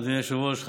אדוני היושב-ראש,